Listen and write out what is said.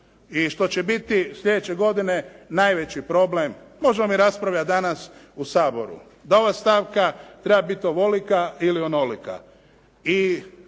i što će biti sljedeće godine najveći problem. Možemo mi raspravljati danas u Saboru da ova stavka treba biti ovolika ili onolika.